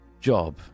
job